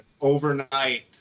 overnight